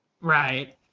Right